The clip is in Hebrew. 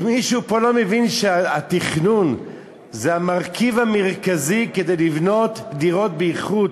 אם מישהו פה לא מבין שהתכנון זה המרכיב המרכזי כדי לבנות דירות באיכות,